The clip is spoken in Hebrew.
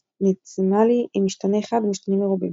אינפיניטסימלי עם משתנה אחד ומשתנים מרובים.